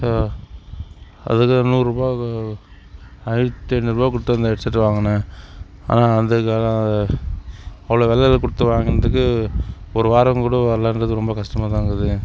அதுக்கு நூறுபாய்க்கு ஆயிரத்தி ஐநூறுபாய் கொடுத்து அந்த ஹெட் செட்டை வாங்குனேன் அவ்வளோ விலைல கொடுத்து வாங்கினதுக்கு ஒரு வாரம் கூட வரலங்குறது ரொம்ப கஷ்டமாகதாங்க இருக்குது